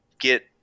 get